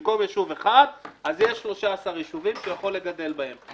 במקום יישוב אחד אז יהיה 13 יישובים שהוא יכול לגדל בהם.